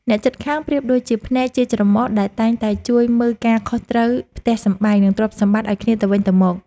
អ្នកជិតខាងប្រៀបដូចជាភ្នែកជាច្រមុះដែលតែងតែជួយមើលការខុសត្រូវផ្ទះសម្បែង និងទ្រព្យសម្បត្តិឱ្យគ្នាទៅវិញទៅមក។